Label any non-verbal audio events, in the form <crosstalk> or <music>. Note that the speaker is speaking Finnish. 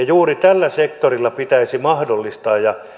<unintelligible> juuri tällä sektorilla pitäisi mahdollistaa ja